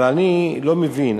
אבל אני לא מבין.